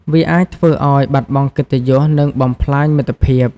វាអាចធ្វើឲ្យបាត់បង់កិត្តិយស និងបំផ្លាញមិត្តភាព។